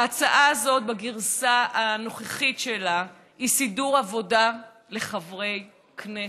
ההצעה הזאת בגרסה הנוכחית שלה היא סידור עבודה לחברי כנסת.